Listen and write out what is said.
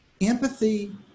empathy